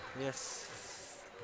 Yes